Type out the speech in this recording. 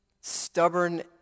stubborn